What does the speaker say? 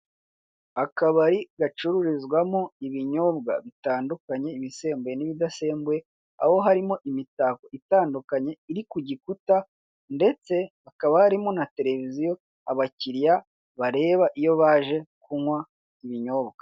Akabari gacururizwamo ibinyobwa bitandukanye, ibisembuye n'ibidasembuye. Aho harimo imitako itandukanye iri ku gikuta ndetse hakaba harimo na tereviziyo abakiriya bareba, iyo baje kunywa ibinyobwa.